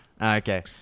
Okay